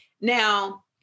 Now